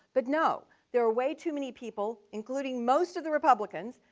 but no. there are way too many people, including most of the republicans,